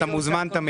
אתה מוזמן תמיד.